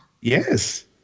Yes